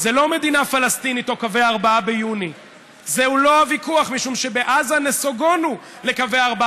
הפלסטינית עוד ניסתה להסתיר את זה עם העברה